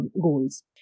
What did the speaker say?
goals